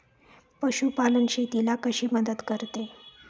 पशुपालन शेतीला कशी मदत करते?